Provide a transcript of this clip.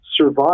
survive